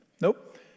Nope